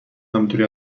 همینطوری